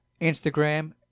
instagram